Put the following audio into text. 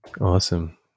awesome